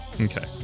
Okay